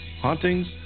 hauntings